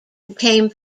became